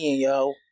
yo